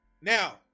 Now